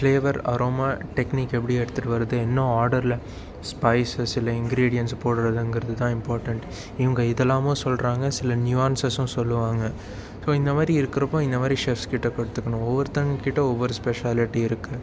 flavour aroma technique எப்படி எடுத்துட்டு வருது என்ன ஆர்டரில் ஸ்பைஸஸ் இல்லை இங்கிரிடியன்ட்ஸ் போடுகிறதுங்குறது தான் இம்பார்டண்ட் இவங்க இதெல்லாமும் சொல்கிறாங்க சில நியூயான்ஸஸும் சொல்லுவாங்க ஸோ இந்தமாதிரி இருக்கிறப்போ இந்தமாதிரி செஃப்ஸ் கிட்ட கற்றுக்கணும் ஒவ்வொருத்தங்ககிட்ட ஒவ்வொரு ஸ்பெஷாலிட்டி இருக்குது